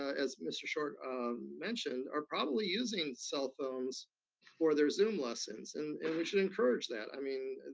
as mr. short mentioned, are probably using cell phones for their zoom lessons, and we should encourage that. i mean,